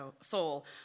soul